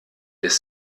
des